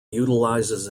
utilizes